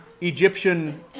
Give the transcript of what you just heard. Egyptian